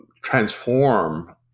transform